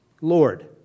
Lord